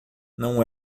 não